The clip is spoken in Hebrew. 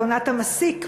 לעונת המסיק,